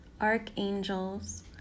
archangels